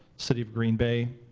city of green bay,